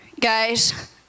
Guys